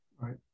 right